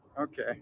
Okay